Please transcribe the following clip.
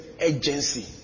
agency